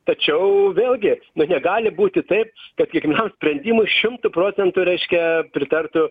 tačiau vėlgi nu negali būti taip kad kiekvienam sprendimui šimtu procentų reiškia pritartų